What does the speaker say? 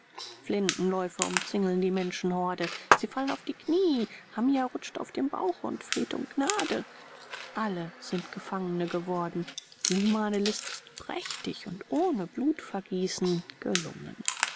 flintenläufe umzingeln die menschenhorde sie fallen auf die knie hamia rutscht auf dem bauche und fleht um gnade alle sind gefangene geworden die humane list ist prächtig und ohne blutvergießen gelungen